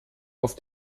auf